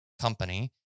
company